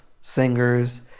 singers